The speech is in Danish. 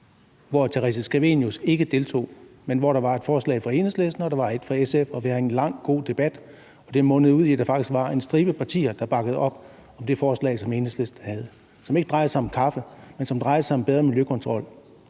hvor fru Theresa Scavenius ikke deltog, men hvor der blev fremlagt et forslag fra Enhedslisten og et forslag fra SF, og vi havde en lang og god debat, der mundede ud i, at der faktisk var en stribe partier, der bakkede op om Enhedslistens forslag, som ikke drejede sig om kaffe, men som drejede sig om bedre miljøkontrol.